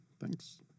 thanks